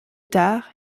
tard